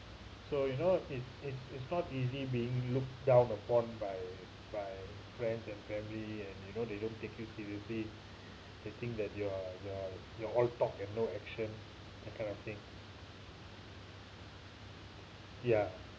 so you know it's it's it's not easy being looked down upon by by friends and family and you know they don't take you seriously they think that you are you are you're all talk and no action that kind of thing ya